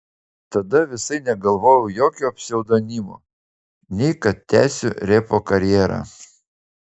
tada visai negalvojau jokio pseudonimo nei kad tęsiu repo karjerą